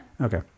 okay